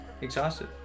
exhausted